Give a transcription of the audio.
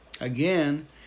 Again